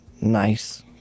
nice